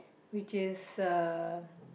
which is uh